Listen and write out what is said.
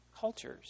cultures